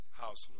house